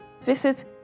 visit